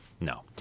No